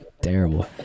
Terrible